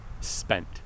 spent